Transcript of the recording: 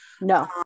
No